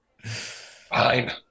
Fine